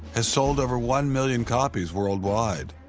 has sold over one million copies worldwide.